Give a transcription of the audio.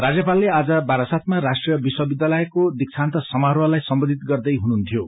राज्यपालले आज वारासातमा राष्ट्रिय विश्वविध्यालयको दीक्षान्त समरारोहलाई सम्बोधित गर्दै हुनुहुन्थ्यो